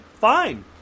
fine